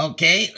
Okay